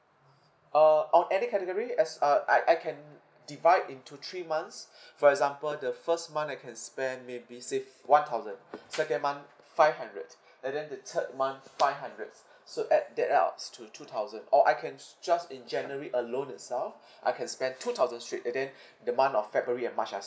uh on any category as uh I I can divide into three months for example the first month I can spend maybe say one thousand second month five hundred and then the third month five hundreds so add that ups to two thousand or I can s~ just in january alone itself I can spend two thousand straight and then the month of february and march I